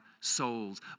souls